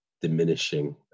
diminishing